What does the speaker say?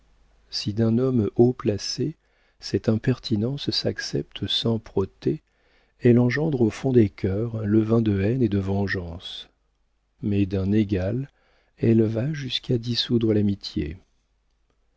si d'un homme haut placé cette impertinence s'accepte sans protêt elle engendre au fond des cœurs un levain de haine et de vengeance mais d'un égal elle va jusqu'à dissoudre l'amitié